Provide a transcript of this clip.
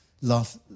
laugh